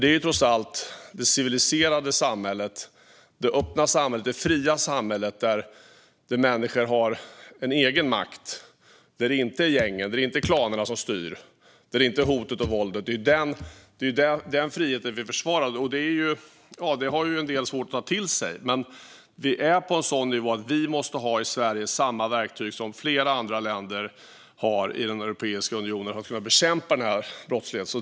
Det är trots allt det civiliserade samhället vi försvarar, det öppna samhället, det fria samhället, där människor har egen makt och där det inte är gängen, klanerna, hoten och våldet som styr. Det är ju den friheten vi försvarar. Det har en del svårt att ta till sig. Men vi är på en sådan nivå att vi i Sverige måste ha samma verktyg som flera andra länder i Europeiska unionen har för att kunna bekämpa den här brottsligheten.